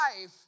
life